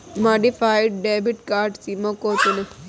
modified debit card सीमा को चुनें